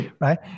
right